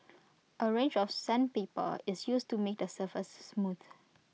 A range of sandpaper is used to make the surface smooth